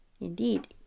Indeed